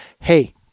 Hey